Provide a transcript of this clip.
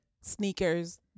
sneakers